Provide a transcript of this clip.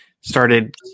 started